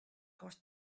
caught